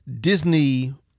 Disney